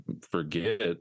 forget